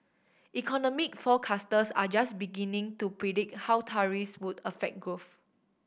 economic forecasters are just beginning to predict how tariffs would affect growth